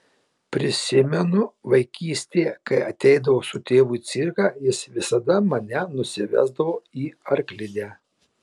prisimenu vaikystėje kai ateidavau su tėvu į cirką jis visada mane nusivesdavo į arklidę